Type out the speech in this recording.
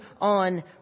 on